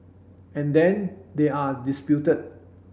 and then they are disputed